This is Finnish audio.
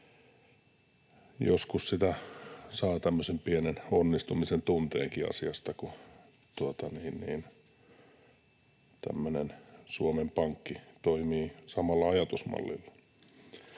Joskus sitä saa tämmöisen pienen onnistumisen tunteenkin asiasta, kun tämmöinen Suomen Pankki toimii samalla ajatusmallilla.